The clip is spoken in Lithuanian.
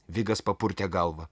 vigas papurtė galvą